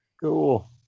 Cool